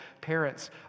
parents